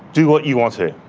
do what you want to.